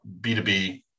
B2B